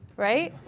right?